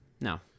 no